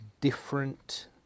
different